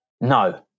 no